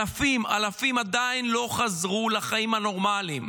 אלפים, אלפים עדיין לא חזרו לחיים הנורמליים.